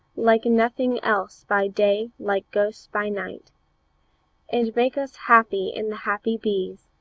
like nothing else by day, like ghosts by night and make us happy in the happy bees,